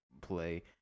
play